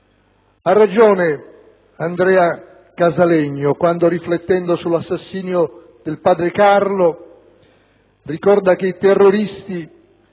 Ha ragione Andrea Casalegno, quando, riflettendo sull'assassinio del padre Carlo, ricorda che i terroristi